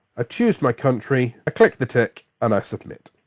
ah choose my country, i click the tick, and i submit.